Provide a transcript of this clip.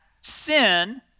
sin